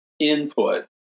input